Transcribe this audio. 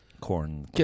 corn